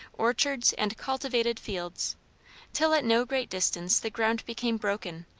orchards and cultivated fields till at no great distance the ground became broken,